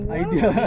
idea